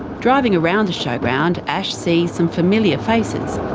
driving around the showground, ash sees some familiar faces.